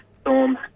storm